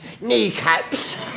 kneecaps